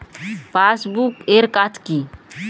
Passbook এর কাজ কি?